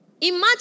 imagine